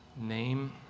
name